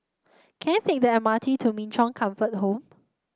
can I take the M R T to Min Chong Comfort Home